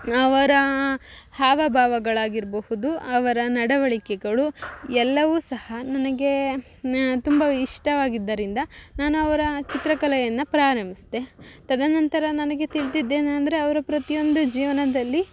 ಅವರ ಹಾವ ಭಾವಗಳಾಗಿರಬಹುದು ಅವರ ನಡವಳಿಕೆಗಳು ಎಲ್ಲವು ಸಹ ನನಗೆ ತುಂಬ ಇಷ್ಟವಾಗಿದ್ದರಿಂದ ನಾನು ಅವರ ಚಿತ್ರಕಲೆಯನ್ನು ಪ್ರಾರಂಭಿಸ್ದೆ ತದನಂತರ ನನಗೆ ತಿಳಿದಿದ್ದೇನಂದ್ರೆ ಅವರ ಪ್ರತಿಯೊಂದು ಜೀವನದಲ್ಲಿ